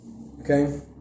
Okay